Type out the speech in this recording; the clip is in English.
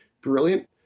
brilliant